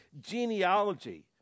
genealogy